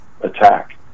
attack